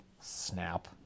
snap